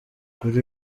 kuri